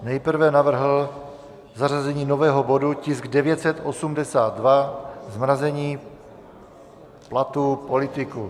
Nejprve navrhl zařazení nového bodu, tisk 982, zmrazení platů politiků.